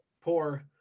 poor